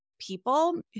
people